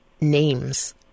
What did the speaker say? names